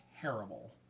terrible